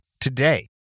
Today